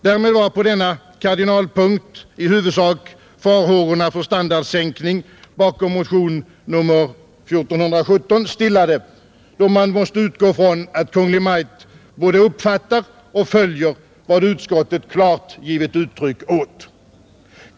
Därmed var på denna kardinalpunkt i huvudsak de farhågor för standardsänkning som låg bakom motionen 1417 stillade, då man måste utgå från att Kungl. Maj:t både uppfattar och följer vad utskottet klart givit uttryck åt.